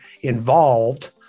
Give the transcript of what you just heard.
involved